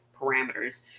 parameters